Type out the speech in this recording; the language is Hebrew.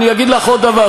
אני אגיד לך עוד דבר,